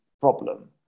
problem